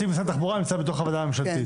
נציג משרד התחבורה נמצא בתוך הוועדה הממשלתית.